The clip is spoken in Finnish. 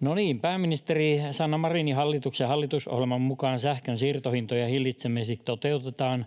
No niin, pääministeri Sanna Marinin hallituksen hallitusohjelman mukaan sähkön siirtohintojen hillitsemiseksi toteutetaan